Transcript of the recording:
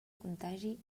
contagi